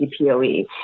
CPOE